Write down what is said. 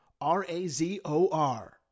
R-A-Z-O-R